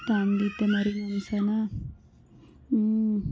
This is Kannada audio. ತಂದಿಟ್ಟೆ ಕುರಿ ಮಾಂಸನು ಹ್ಞೂ